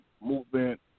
movement